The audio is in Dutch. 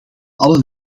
alle